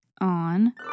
on